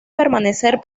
permanecer